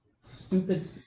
stupid